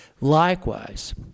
likewise